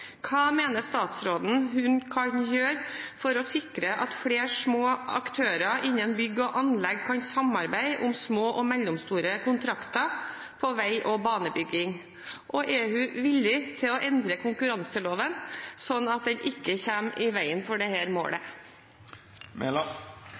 Hva mener statsråden hun kan gjøre for å sikre at flere små aktører innen bygg og anlegg kan samarbeide om små og mellomstore kontrakter på veg- og banebygging, og er hun villig til å endre konkurranseloven slik at den ikke kommer i veien for dette målet?»